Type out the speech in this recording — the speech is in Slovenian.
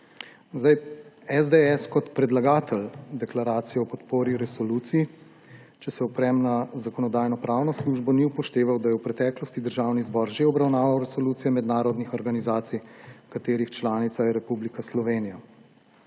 SDS kot predlagatelj deklaracije o podpori resoluciji, če se oprem na Zakonodajno-pravno službo, ni upošteval, da je v preteklosti Državni zbor že obravnaval resolucije mednarodnih organizacij, katerih članica je Republika Slovenija,